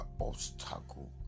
obstacle